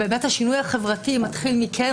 השינוי החברתי מתחיל מכם,